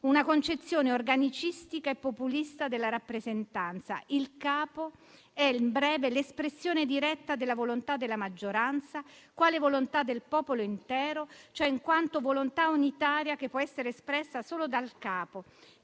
una concezione organicistica e populista della rappresentanza: il capo è, in breve, l'espressione diretta della volontà della maggioranza quale volontà del popolo intero, cioè in quanto volontà unitaria che può essere espressa solo dal capo,